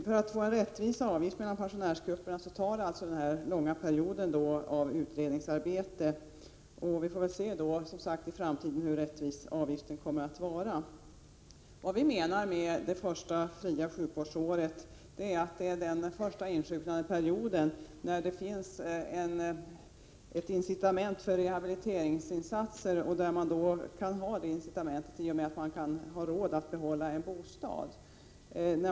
För att få till stånd en avgift som är rättvis pensionärsgrupperna emellan krävs det alltså en så lång period av utredningsarbete. Vi får väl då i framtiden se hur rättvis avgiften blir. Tanken bakom det första fria sjukvårdsåret är att det är under den första insjuknandeperioden som det finns ett incitament för rehabiliteringsinsatser i och med att man kan ha råd att behålla sin bostad.